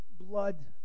blood